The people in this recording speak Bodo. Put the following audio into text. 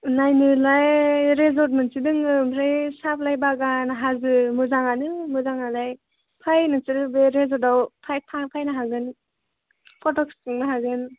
नायनोलाय रिज'र्ट मोनसे दङ ओमफ्राय साह बिलाइ बागान हाजो मोजांआनो मोजां आलाय फै नोंसोरो बे रिज'र्टआव फैनो हागोन फट' थिखांनो हागोन